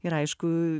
ir aišku